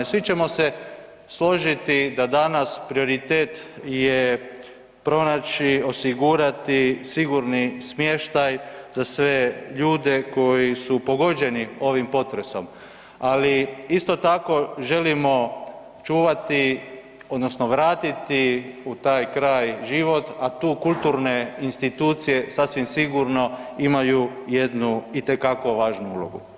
Svi ćemo se složiti da danas prioritet je pronaći, osigurati sigurni smještaj za sve koji su pogođeni ovim potresom ali isto tako želimo čuvati odnosno vratiti u taj kraj život a tu kulturne institucije sasvim sigurno imaju jednu itekako važnu ulogu.